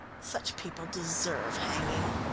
such people deserve hanging.